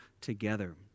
together